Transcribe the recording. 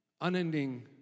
unending